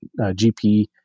GP